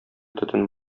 төтен